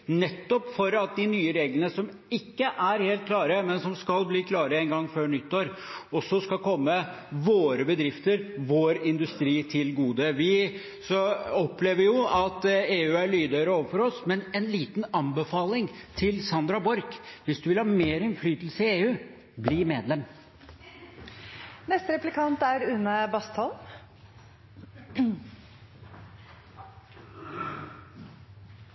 nettopp for at de nye reglene, som ikke er helt klare, men som skal bli klare en gang før nyttår, også skal komme våre bedrifter, vår industri, til gode. Vi opplever at EU er lydhøre overfor oss, men en liten anbefaling til representanten Sandra Borch: Hvis hun vil ha mer innflytelse i EU: Bli medlem!